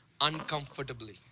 uncomfortably